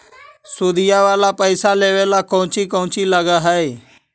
सुदिया वाला पैसबा लेबे में कोची कोची लगहय?